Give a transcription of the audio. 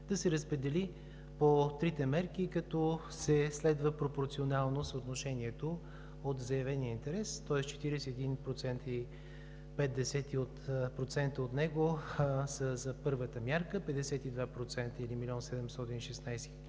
да се разпредели по трите мерки като се следва пропорционално съотношението от заявения интерес, тоест 41,5% от него са за първата мярка; 52% – 1 млн.